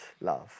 love